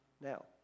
Now